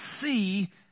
see